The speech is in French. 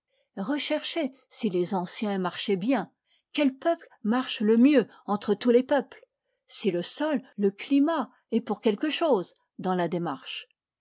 rechercher si les anciens marchaient bien quel peuple marche le mieux entre tous les peuples si le sol le climat est pour quelque chose dans la démarche